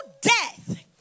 death